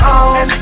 on